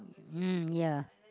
mm ya